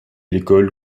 l’école